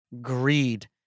greed